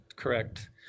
Correct